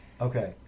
Okay